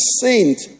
saint